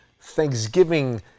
Thanksgiving